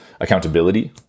accountability